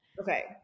Okay